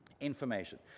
information